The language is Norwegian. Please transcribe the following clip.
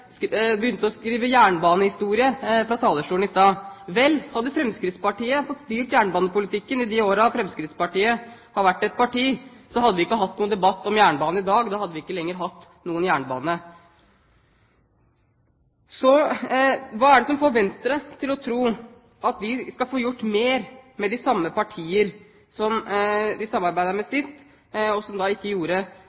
begynte å skrive jernbanehistorie fra talerstolen i stad. Vel, hadde Fremskrittspartiet fått styrt jernbanepolitikken i de årene Fremskrittspartiet har vært et parti, hadde vi ikke hatt noen debatt om jernbanen i dag. Da hadde vi ikke lenger hatt noen jernbane. Så: Hva er det som får Venstre til å tro at de skal få gjort mer med de samme partier som de samarbeidet med